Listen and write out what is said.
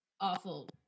Awful